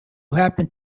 happened